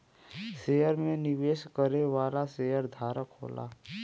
share में निवेश करे वाला शेयरधारक होला